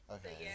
Okay